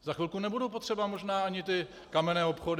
Za chvilku nebudou potřeba možná ani ty kamenné obchody.